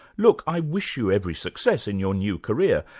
look, i wish you every success in your new career,